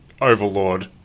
overlord